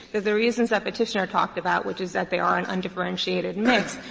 the the reasons that petitioner talked about, which is that they ah an undifferentiated mix,